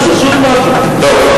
בבקשה, השר.